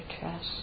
trust